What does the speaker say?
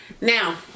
Now